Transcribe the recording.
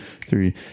three